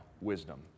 wisdom